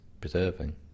preserving